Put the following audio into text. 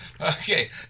okay